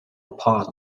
apart